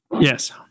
Yes